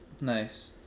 Nice